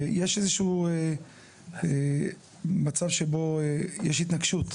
ויש איזשהו מצב שבו יש התנגשות.